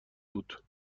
بود